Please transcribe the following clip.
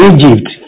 Egypt